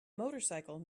motorcycle